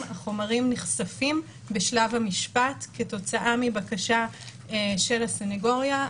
החומרים נחשפים בשלב המשפט כתוצאה מבקשה של הסנגוריה,